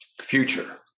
future